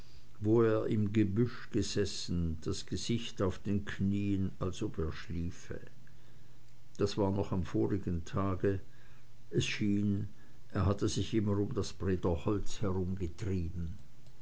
wo er im gebüsch gesessen das gesicht auf den knien als ob er schliefe das war noch am vorigen tage es schien er hatte sich immer um das brederholz herumgetrieben